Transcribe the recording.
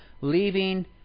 leaving